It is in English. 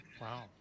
Wow